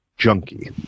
Junkie